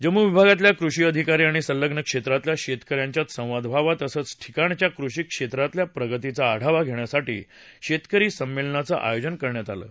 जम्मू विभागातल्या कृषी अधिकारी आणि संलग्न क्षेत्रातल्या शेतक यांच्यात संवाद व्हावा तसंच या ठिकाणच्या कृषीक्षेत्रातल्या प्रगतीचा आढावा घेण्यासाठी शेतकरी संमेलनाचं आयोजन करण्यात येत आहे